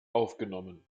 aufgenommen